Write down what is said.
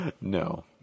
No